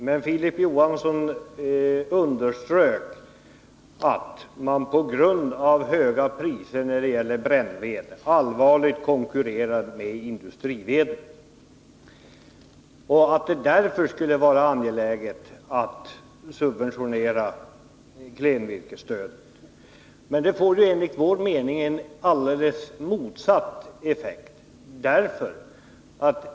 Men Filip Johansson underströk att man på grund av höga priser på brännved allvarligt konkurrerar med industriveden och att det därför skulle vara angeläget att subventionera klenvirkesstödet. Men det får enligt vår mening en alldeles motsatt effekt.